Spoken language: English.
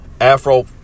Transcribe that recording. Afro